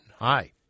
Hi